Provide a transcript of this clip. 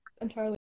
entirely